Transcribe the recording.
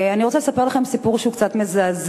אני רוצה לספר לכם סיפור קצת מזעזע.